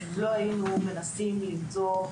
לא היינו מנסים למצוא,